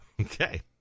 Okay